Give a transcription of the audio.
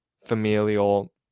familial